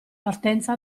partenza